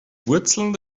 wurzeln